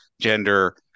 gender